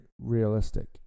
realistic